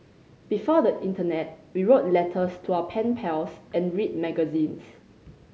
before the internet we wrote letters to our pen pals and read magazines